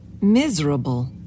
miserable